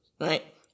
Right